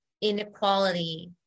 inequality